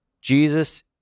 Jesus